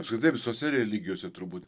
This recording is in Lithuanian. apskritai visose religijose turbūt